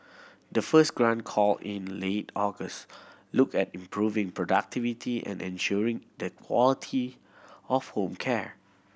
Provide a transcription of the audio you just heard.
the first grant call in late August looked at improving productivity and ensuring the quality of home care